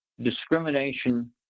discrimination